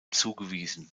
zugewiesen